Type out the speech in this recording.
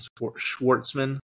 Schwartzman